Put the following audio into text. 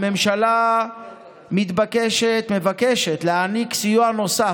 הממשלה מבקשת להעניק סיוע נוסף,